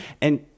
and-